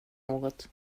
något